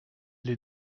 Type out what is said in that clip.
les